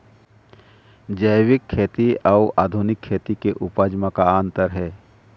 जैविक खेती अउ आधुनिक खेती के उपज म का अंतर हे?